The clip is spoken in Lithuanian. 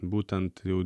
būtent jau